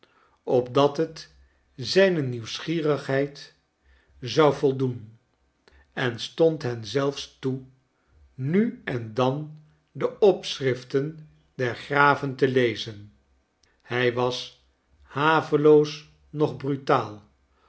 opdathet zijne nieuwsgierigheid zou voldoen en stond hen zelfs toe nu en dan de opschriften der graven te lezen hij was haveloos noch brutaal